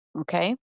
Okay